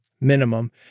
minimum